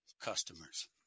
customers